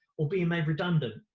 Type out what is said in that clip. or being made redundant.